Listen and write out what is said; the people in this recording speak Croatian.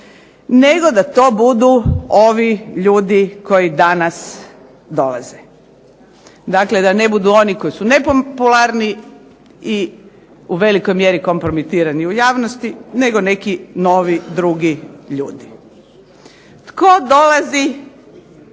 nego da to budu ovi ljudi koji danas dolaze, dakle da ne budu oni koji su nepopularni i u velikoj mjeri kompromitirani u javnosti, nego neki novi drugi ljudi. Tko dolazi